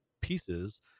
pieces